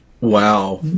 Wow